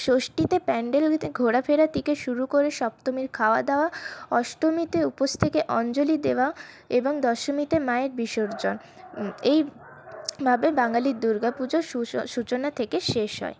ষষ্ঠীতে প্যান্ডেলগুলিতে ঘোরাফেরা থেকে শুরু করে সপ্তমীর খাওয়া দাওয়া অষ্টমীতে উপোস থেকে অঞ্জলি দেওয়া এবং দশমীতে মায়ের বিসর্জন এই ভাবে বাঙালির দুর্গাপুজো সূচনা থেকে শেষ হয়